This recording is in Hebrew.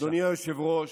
אדוני היושב-ראש,